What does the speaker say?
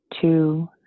two